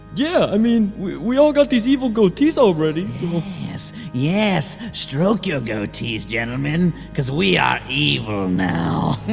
yeah, i mean, we we all got these evil goatees already, so. yes! yes! stroke your goatees gentleman because we are evil now.